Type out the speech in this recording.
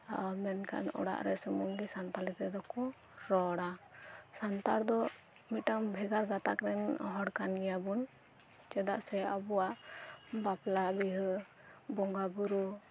ᱟᱨ ᱢᱮᱱᱠᱷᱟᱱ ᱚᱲᱟᱜᱨᱮ ᱥᱩᱢᱩᱝᱜᱤ ᱥᱟᱱᱛᱟᱞᱤ ᱛᱮᱫᱚᱠᱩ ᱨᱚᱲᱟ ᱥᱟᱱᱛᱟᱲ ᱫᱚ ᱢᱤᱫᱴᱟᱝ ᱵᱷᱮᱜᱟᱨ ᱜᱟᱛᱟᱜ ᱨᱮᱱ ᱦᱚᱲᱠᱟᱱ ᱜᱮᱭᱟᱵᱩᱱ ᱪᱮᱫᱟᱜ ᱥᱮ ᱟᱵᱩᱣᱟᱜ ᱵᱟᱯᱞᱟ ᱵᱤᱦᱟᱹ ᱵᱚᱸᱜᱟ ᱵᱩᱨᱩ